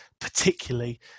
particularly